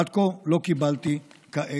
עד כה לא קיבלתי כאלה.